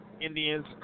Indians